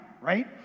right